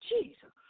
Jesus